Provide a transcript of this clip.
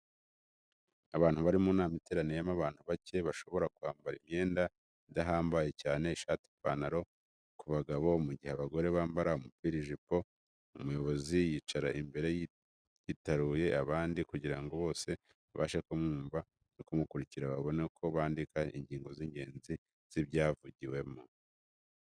Abantu bari mu nama iteraniyemo abantu bake, bashobora kwambara imyenda idahambaye cyane, ishati n'ipantaro ku bagabo, mu gihe abagore bambara umupira n'ijipo, umuyobozi yicara imbere yitaruye abandi kugira ngo bose babashe kumwumva no kumukurikira, babone uko bandika ingingo z'ingenzi z'ibyayivugiwemo.